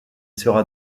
sera